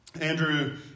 Andrew